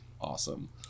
awesome